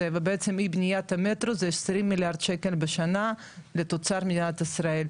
ובעצם אי בניית המטרו זה 20 מיליארד שקל בשנה לתוצר מדינת ישראל.